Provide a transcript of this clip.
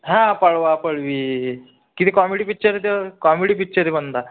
हा पळवापळवी किती comedy picture आहे त्याे कॉमेडी पिच्चर आहे म्हणता